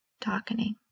darkening